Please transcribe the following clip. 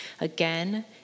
again